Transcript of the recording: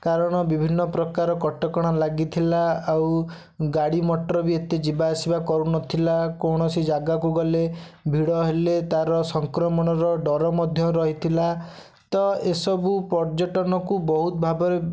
କାରଣ ବିଭିନ୍ନ ପ୍ରକାର କଟକଣା ଲାଗିଥିଲା ଆଉ ଗାଡ଼ି ମଟର ବି ଏତେ ଯିବା ଆସିବା କରୁ ନ ଥିଲା କୌଣସି ଜାଗାକୁ ଗଲେ ଭିଡ଼ ହେଲେ ତାର ସଂକ୍ରମଣର ଡର ମଧ୍ୟ ରହିଥିଲା ତ ଏସବୁ ପର୍ଯ୍ୟଟନକୁ ବହୁତ ଭାବରେ